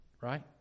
right